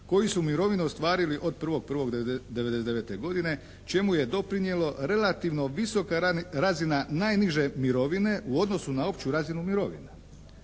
koji su mirovinu ostvarili od 01.01. 1999. godine čemu je doprinijelo relativno visoka razina najniže mirovine u odnosu na opću razinu mirovina.